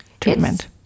treatment